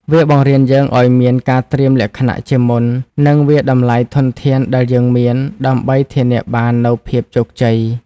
វាបង្រៀនយើងឱ្យមានការត្រៀមលក្ខណៈជាមុន និងវាយតម្លៃធនធានដែលយើងមាន ដើម្បីធានាបាននូវភាពជោគជ័យ។